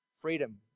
freedom